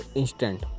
instant